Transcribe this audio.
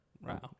Wow